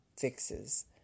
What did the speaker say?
fixes